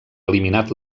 eliminat